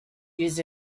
used